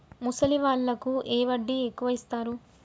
ముసలి వాళ్ళకు ఏ వడ్డీ ఎక్కువ ఇస్తారు?